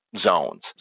zones